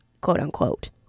quote-unquote